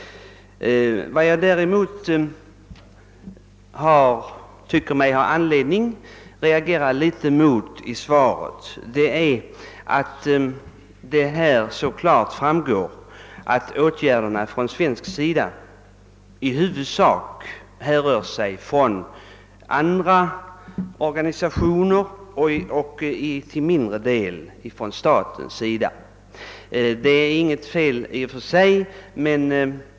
Däremot tycker jag mig ha anledning reagera litet mot att de svenska åtgärderna såsom klart framgår av svaret i huvudsak har vidtagits av olika organisationer och endast till mindre del härrör från staten.